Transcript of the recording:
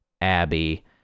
Abby